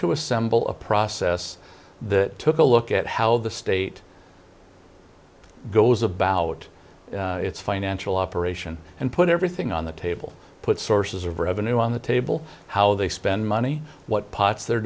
to assemble a process that took a look at how the state goes about its financial operation and put everything on the table put sources of revenue on the table how they spend money what pots they're